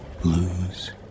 blues